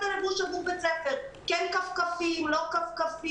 הלבוש עבור בית הספר כן כפכפים או לא כפכפים,